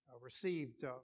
received